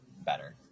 better